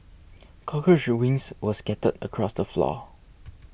cockroach wings were scattered across the floor